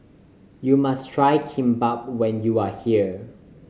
you must try Kimbap when you are here